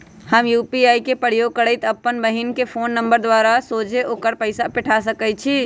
हम यू.पी.आई के प्रयोग करइते अप्पन बहिन के फ़ोन नंबर द्वारा सोझे ओकरा पइसा पेठा सकैछी